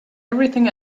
everything